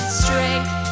strength